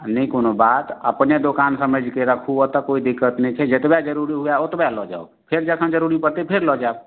नहि कोनो बात अपने दोकान समझि के रखू ओतऽ कोइ दिक्कत नहि छै जतबा जरुरी हुए ओतबा लऽ जाउ फेर जखन जरूरी पड़तै फेर लऽ जाएब